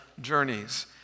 Journeys